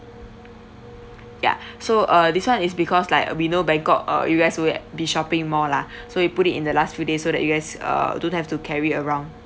ya so uh this [one] is because like we know bangkok uh you guys will be shopping more lah so we put it in the last few days so that you guys uh don't have to carry around